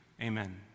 Amen